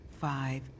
five